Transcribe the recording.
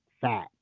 fat